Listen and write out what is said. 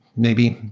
maybe.